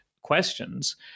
questions